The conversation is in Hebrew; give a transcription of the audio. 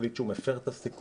והחליט שהוא מפר את הסיכום.